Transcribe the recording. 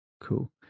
cool